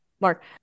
mark